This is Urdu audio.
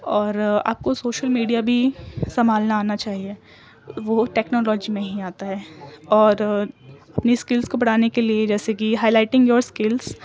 اور آپ کو سوشل میڈیا بھی سنبھالنا آنا چاہیے وہ ٹیکنالوجی میں ہی آتا ہے اور اپنی اسکلس کو بڑھانے کے لیے جیسے کہ ہائی لائٹنگ یور اسکلس